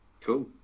Cool